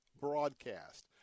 broadcast